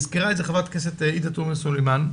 הזכירה את זה חברת הכנסת עאידה תומא סלימאן,